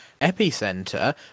Epicenter